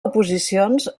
oposicions